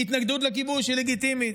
היא התנגדות לכיבוש, היא לגיטימית.